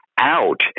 out